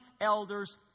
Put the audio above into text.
elders